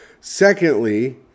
secondly